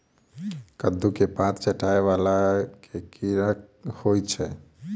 कद्दू केँ पात चाटय वला केँ कीड़ा होइ छै?